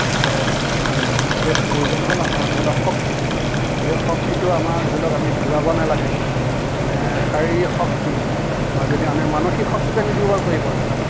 গতিকতে আমাৰ বিশেষ প্ৰয়োজন হ'ল আমাৰ ধৰি লওক শক্তিটো সেই শক্তিটো আমাৰ ধৰি লওক আমি হেৰুৱাব নালাগে মানে শাৰীৰিক শক্তি বা যদিও আমি মানসিক শক্তিটো আমি দুৰ্বল কৰিব নালাগে